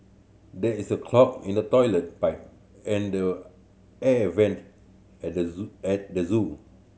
there is a clog in the toilet pipe and the air vent at the zoo at the zoo